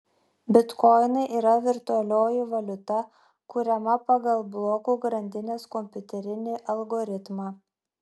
bitkoinai yra virtualioji valiuta kuriama pagal blokų grandinės kompiuterinį algoritmą